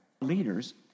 Leaders